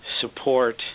support